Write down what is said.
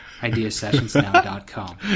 ideasessionsnow.com